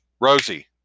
Rosie